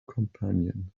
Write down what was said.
companion